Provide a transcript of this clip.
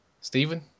Stephen